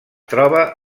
troba